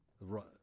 right